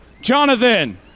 Jonathan